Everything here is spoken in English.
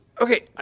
Okay